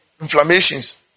inflammations